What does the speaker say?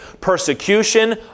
persecution